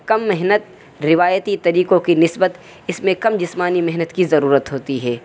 کم محنت روایتی طریقوں کی نسبت اس میں کم جسمانی محنت کی ضرورت ہوتی ہے